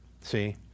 see